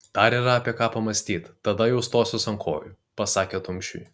dar yra apie ką pamąstyt tada jau stosiuos ant kojų pasakė tumšiui